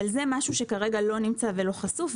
אבל זה משהו שכרגע לא נמצא ולא חשוף,